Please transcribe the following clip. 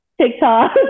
TikTok